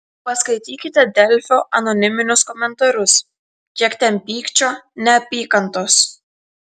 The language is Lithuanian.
paskaitykite delfio anoniminius komentarus kiek ten pykčio neapykantos